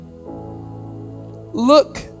Look